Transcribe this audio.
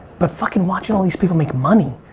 but fuckin' watching all these people make money.